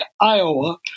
Iowa